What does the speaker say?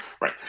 Right